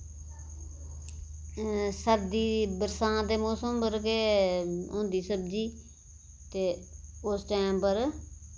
सर्दी बरसांत दे मौसम पर गै होंदी सब्जी ते उस टैम पर